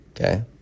Okay